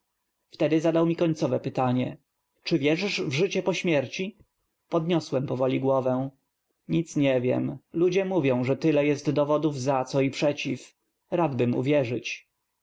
tedy zadał mi końcow e p y ta n ie czy wierzysz w życie po śmierci podniosłem pow oli głow ę nic nie wiem ludzie m ówią że tyle jest d ow odów za co i przeciw radbym uwierzyć